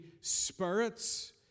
spirits